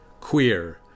Queer